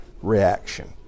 reaction